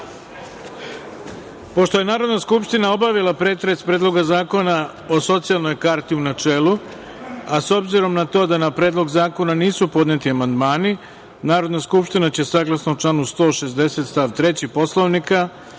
reda. Pošto je Narodna skupština obavila pretres Predloga zakona o socijalnoj karti u načelu, a obzirom na to da na Predlog zakona nisu podneti amandmani, Narodna skupština će saglasno članu 160. stav 3. Poslovnika